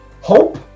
hope